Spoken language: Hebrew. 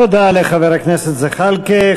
תודה לחבר הכנסת זחאלקה.